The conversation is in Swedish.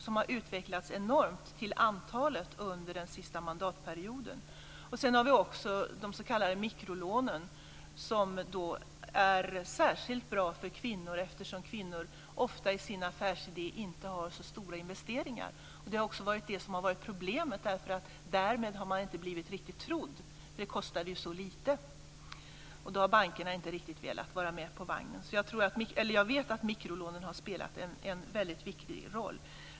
De har utvecklats enormt till antalet under den senaste mandatperioden. Vi har också de s.k. mikrolånen som är särskilt bra för kvinnor eftersom kvinnor i sin affärsidé ofta inte har så stora investeringar. Det är också det som har varit problemet, eftersom man därför inte har blivit riktigt trodd. Det kostade ju så lite. Då har bankerna inte velat vara med på vagnen. Jag vet att mikrolånen har spelat en väldigt viktig roll.